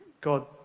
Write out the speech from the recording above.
God